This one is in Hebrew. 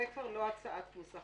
זה כבר לא הצעת נוסח.